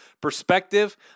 perspective